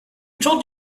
told